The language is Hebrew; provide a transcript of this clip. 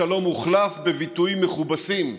השלום הוחלף בביטויים מכובסים: